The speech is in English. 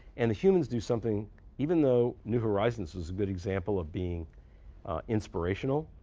and the humans do something even though new horizons was a good example of being inspirational,